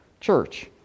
church